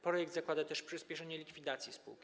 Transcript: Projekt zakłada też przyspieszenie likwidacji spółki.